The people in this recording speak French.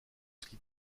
ski